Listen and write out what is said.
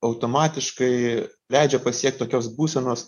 automatiškai leidžia pasiekt tokios būsenos